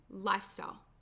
lifestyle